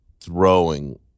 throwing